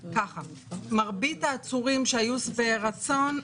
מרבית העצורים שהיו שבעי רצון,